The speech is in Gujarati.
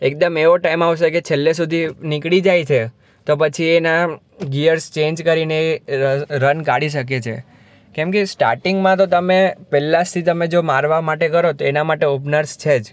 એકદમ એવો ટાઈમ આવશે કે છેલ્લે સુધી નીકળી જાય છે તો પછી એના ગિયર્સ ચેંજ કરીને એ ર રન કાઢી શકે છે કેમ કે સ્ટાર્ટિંગમાં તો તમે પહેલાં જથી તમે જો મારવા માટે કરો તો એના માટે ઓપનર્સ છે જ